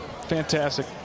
Fantastic